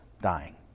dying